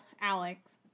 Alex